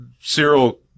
Cyril